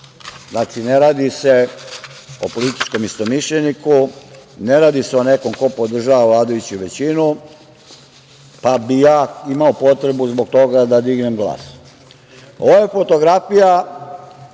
Znači, ne radi se o političkom istomišljeniku, ne radi se o nekome ko podržava vladajuću većinu, pa bih ja imao potrebu zbog toga da dignem glas. Ovo je fotografija